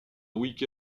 week